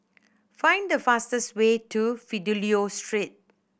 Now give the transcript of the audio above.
find the fastest way to Fidelio Street